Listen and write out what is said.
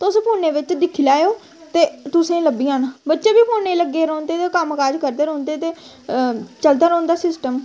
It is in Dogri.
तुस फोनै बिच्च दिक्खी लैएओ ते तुसें गी लब्भी जाना बच्चे बी फोने गी लग्गे रौंह्दे ते कम्म काज करदे रौंह्दे चलदा रौंह्दा सिस्टम